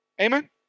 Amen